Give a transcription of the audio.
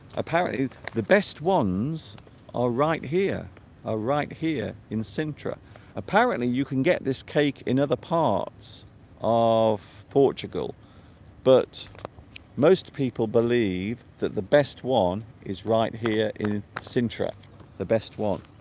apparently the best ones are right here are right here in sintra apparently you can get this cake in other parts of portugal but most people believe that the best one is right here in sintra the best one